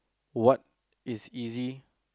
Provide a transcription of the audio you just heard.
what is easy